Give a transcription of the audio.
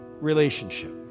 relationship